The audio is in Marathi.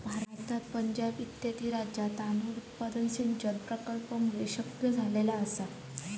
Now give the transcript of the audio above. भारतात पंजाब इत्यादी राज्यांत तांदूळ उत्पादन सिंचन प्रकल्पांमुळे शक्य झाले आसा